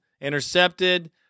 intercepted